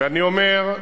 ואני אומר: